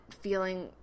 feeling